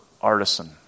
Artisan